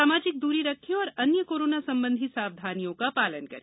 सामाजिक दूरी रखें और अन्य कोरोना संबंधी सावधानियों का पालन करें